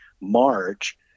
March